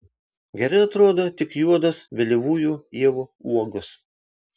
gerai atrodo tik juodos vėlyvųjų ievų uogos